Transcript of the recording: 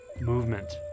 movement